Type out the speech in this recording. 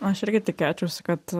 aš irgi tikėčiausi kad